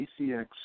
ACX